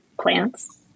plants